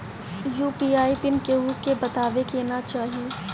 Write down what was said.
UPI PIN केहू के बतावे के ना चाही